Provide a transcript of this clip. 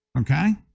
okay